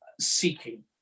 seeking